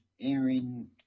Aaron